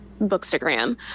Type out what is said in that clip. bookstagram